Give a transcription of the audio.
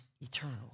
eternal